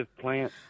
plant